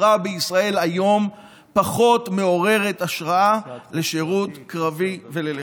החברה בישראל היום פחות מעוררת השראה לשירות קרבי וללחימה,